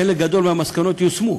חלק גדול מהמסקנות יושמו,